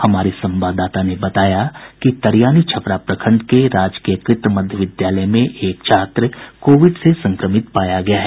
हमारे संवाददाता ने बताया कि तरियानी छपरा प्रखंड के राजकीयकृत मध्य विद्यालय में एक छात्र कोविड से संक्रमित पाया गया है